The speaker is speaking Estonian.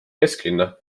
kesklinna